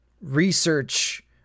research